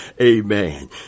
Amen